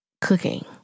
cooking